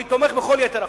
אני תומך בכל יתר החוק.